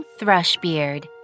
Thrushbeard